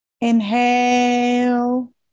Inhale